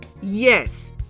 Yes